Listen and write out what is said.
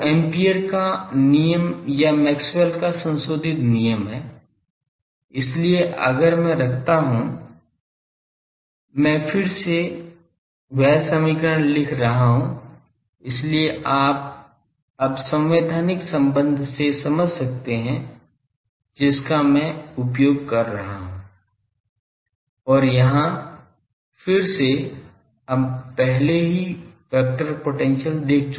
जो Ampere Ampere's का नियम या मैक्सवेल का संशोधित नियम है इसलिए अगर मैं रखता हूं मैं फिर से वह समीकरण लिख रहा हूं इसलिए आप अब संवैधानिक संबंध से समझ सकते हैं जिसका मैं उपयोग कर रहा हूं और यहां फिर से हम पहले ही वेक्टर पोटेंशियल देख चुके हैं